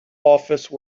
office